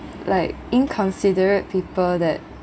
like inconsiderate people that